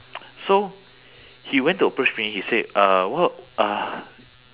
so he went to approach me he said uh what uh